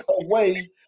away